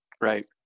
Right